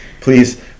please